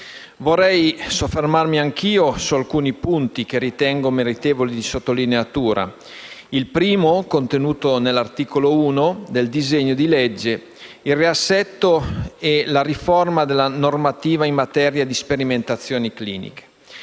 Vorrei soffermarmi anche io su alcuni punti, che ritengo meritevoli di sottolineatura. Il primo è contenuto nell'articolo 1 del disegno di legge e riguarda il riassetto e la riforma della normativa in materia di sperimentazioni cliniche.